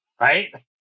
right